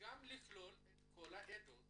לכלול את כל העדות